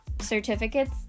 certificates